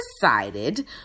decided